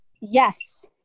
Yes